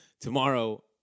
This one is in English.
tomorrow